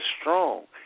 strong